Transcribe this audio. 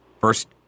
first